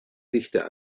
lichter